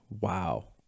Wow